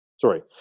Sorry